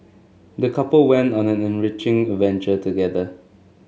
the couple went on an enriching adventure together